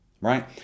right